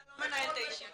אתה לא מנהל את הישיבה,